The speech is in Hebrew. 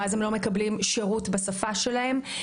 ואז הם לא מקבלים שירות בשפה שלהם,